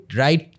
right